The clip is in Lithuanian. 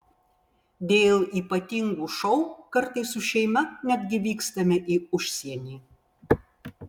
dėl ypatingų šou kartais su šeima netgi vykstame į užsienį